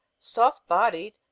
soft-bodied